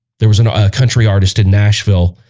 there was a country artist in nashville.